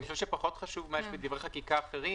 אני חושב שפחות חשוב מה יש בדברי חקיקה אחרים,